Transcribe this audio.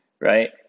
right